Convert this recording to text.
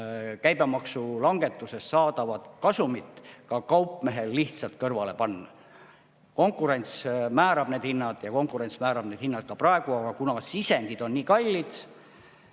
käibemaksu langetusest saadavat kasumit kaupmehel lihtsalt kõrvale panna. Konkurents määrab hinnad ja konkurents määrab need hinnad ka praegu. Aga kuna sisendid on nii kallid